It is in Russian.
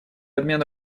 обмен